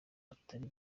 atari